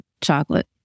chocolate